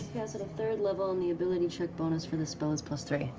yeah sort of third level and the ability check bonus for the spell is plus three.